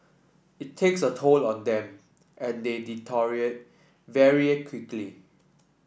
it takes a toll on them and they deteriorate very quickly